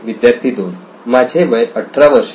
विद्यार्थी 2 माझे वय 18 वर्षे आहे